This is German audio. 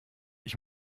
ich